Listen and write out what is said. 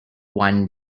one